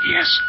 Yes